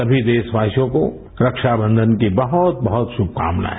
सभी देशवासियों को रक्षाबंधन की बहुत बहुत शुभकामनाएं